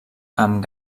amb